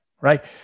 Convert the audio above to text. Right